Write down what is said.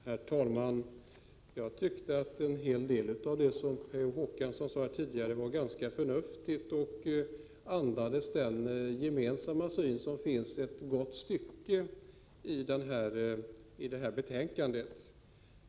Herr talman! En hel del av det som Per Olof Håkansson sade här tidigare var ganska förnuftigt och andades den gemensamma syn som det finns ett gott stycke av i detta betänkande.